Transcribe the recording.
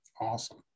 Awesome